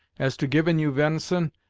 as to givin' you ven'son,